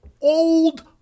old